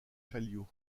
kallio